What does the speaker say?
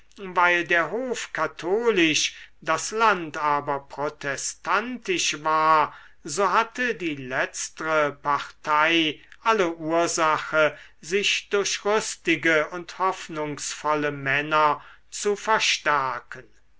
weil der hof katholisch das land aber protestantisch war so hatte die letztre partei alle ursache sich durch rüstige und hoffnungsvolle männer zu verstärken